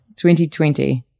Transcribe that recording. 2020